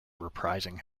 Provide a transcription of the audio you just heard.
reprising